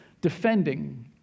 defending